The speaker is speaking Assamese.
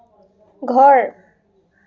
ঘৰ